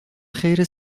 خیر